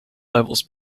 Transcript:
levels